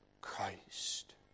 Christ